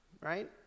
Right